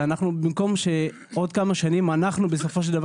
במקום שעוד כמה שנים אנחנו בסופו של דבר